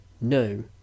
no